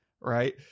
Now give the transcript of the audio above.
right